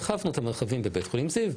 הרחבנו את המרכזים בבתי החולים זיו,